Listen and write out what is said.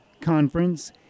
Conference